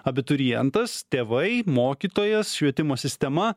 abiturientas tėvai mokytojas švietimo sistema